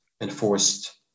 enforced